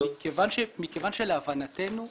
להבנתנו,